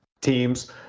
teams